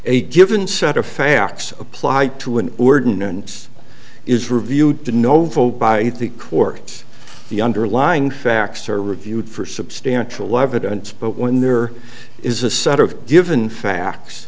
a given set of facts applied to an ordinance is reviewed no vote by the court the underlying facts are reviewed for substantial evidence but when there is a set of given facts